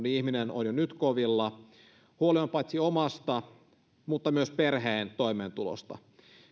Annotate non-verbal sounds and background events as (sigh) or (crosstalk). (unintelligible) ihminen on jo nyt kovilla huoli on paitsi omasta myös perheen toimeentulosta